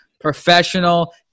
professional